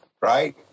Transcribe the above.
right